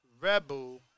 Rebel